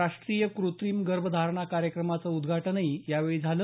राष्ट्रीय कृत्रिम गर्भ धारणा कार्यक्रमाचं उदघाटनही यावेळी झालं